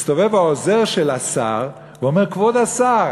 מסתובב העוזר של השר ואומר: כבוד השר,